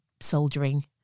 soldiering